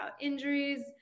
injuries